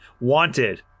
Wanted